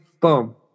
Boom